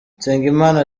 nsengimana